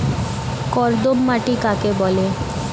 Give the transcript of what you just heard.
কর্দম মাটি কাকে বলে?